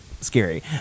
scary